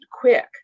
quick